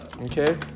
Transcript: Okay